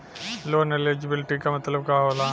Loan eligibility का मतलब का होला?